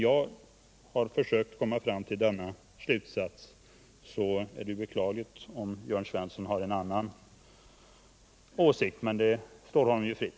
Jag har kommit fram till den slutsatsen, och det är beklagligt att Jörn Svensson har en annan åsikt, men det står honom ju fritt.